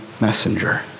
messenger